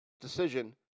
decision